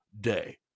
day